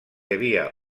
havia